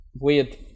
weird